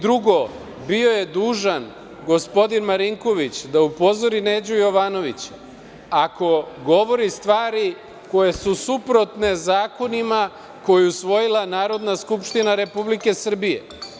Drugo, bio je dužan gospodin Marinković da upozori Neđu Jovanovića, ako govori stvari koje su suprotne zakonima koji je usvojila Narodna skupština Republike Srbije.